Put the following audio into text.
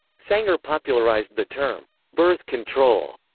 sanger popularized the term birth control,